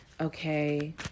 Okay